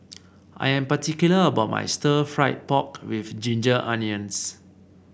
I am particular about my Stir Fried Pork with Ginger Onions